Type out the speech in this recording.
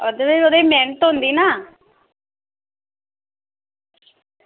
ओह्दे बिच्च मेह्नत होंदी ना